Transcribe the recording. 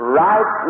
right